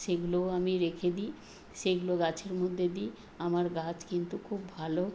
সেগুলোও আমি রেখে দিই সেগুলো গাছের মধ্যে দিই আমার গাছ কিন্তু খুব ভালো